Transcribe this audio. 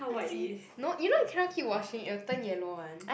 I see no you know you cannot keep washing it will turn yellow [one]